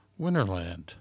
Winterland